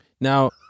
Now